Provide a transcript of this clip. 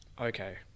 okay